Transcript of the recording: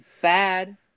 bad